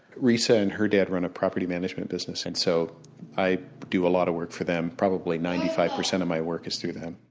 risa and her dad run a property management business and so i do a lot of work for them, probably ninety five percent of my work is through them.